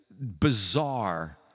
bizarre